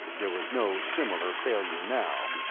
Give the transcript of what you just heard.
there was no similar failure now.